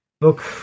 look